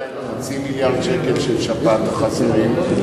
קרה עם חצי מיליארד השקלים של שפעת החזירים?